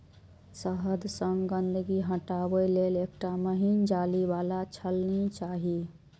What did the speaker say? शहद सं गंदगी हटाबै लेल एकटा महीन जाली बला छलनी चाही